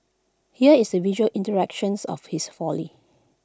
here is the visual iterations of his folly